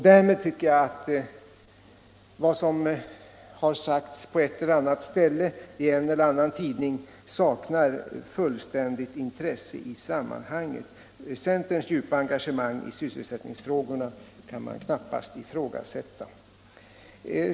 Därmed tycker jag att vad som har sagts på ett eller annat ställe i en eller annan tidning fullständigt saknar intresse i sammanhanget. Centerns djupa engagemang i sysselsättningsfrågorna kan man knappast ifrågasätta.